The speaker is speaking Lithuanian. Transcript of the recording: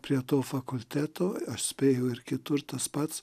prie to fakulteto aš spėju ir kitur tas pats